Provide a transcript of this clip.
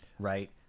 Right